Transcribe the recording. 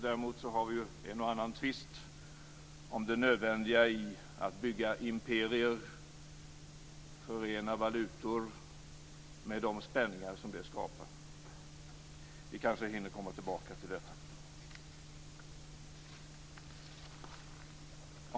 Däremot har vi en och annan tvist om det nödvändiga i att bygga imperier och förena valutor, med de spänningar som det skapar. Vi kanske hinner komma tillbaka till dessa frågor.